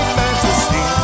fantasy